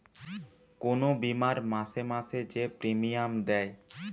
কুনু বীমার মাসে মাসে যে প্রিমিয়াম দেয়